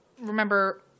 remember